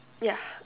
yeah um !huh!